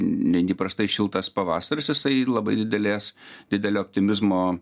neįprastai šiltas pavasaris jisai labai didelės didelio optimizmo